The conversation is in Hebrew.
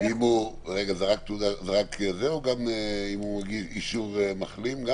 רק זה או גם אם הוא מגיש אישור מחלים?